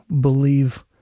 believe